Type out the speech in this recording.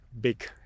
big